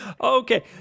Okay